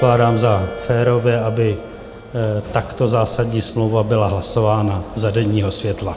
Pokládám za férové, aby takto zásadní smlouva byla hlasována za denního světla.